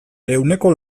ehuneko